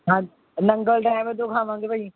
ਹਾਂ ਨੰਗਲ ਡੈਮ ਦਿਖਾਵਾਂਗੇ ਭਾਅ ਜੀ